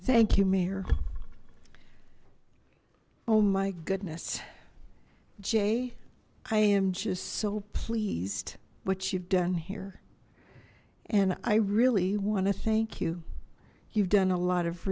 thank you mirror oh my goodness jay i am just so pleased what you've done here and i really want to thank you you've done a lot of